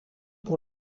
pour